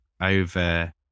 over